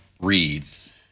reads